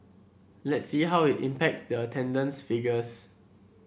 let's see how it impacts the attendance figures